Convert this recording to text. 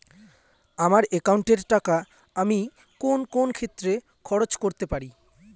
আমার একাউন্ট এর টাকা আমি কোন কোন ক্ষেত্রে খরচ করতে পারি?